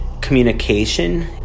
communication